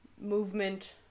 movement